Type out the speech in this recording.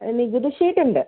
നികുതി ചീട്ട് ഉണ്ട്